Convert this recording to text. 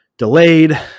delayed